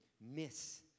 miss